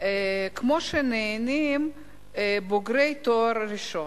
כמו שנהנים בוגרי תואר ראשון.